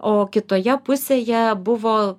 o kitoje pusėje buvo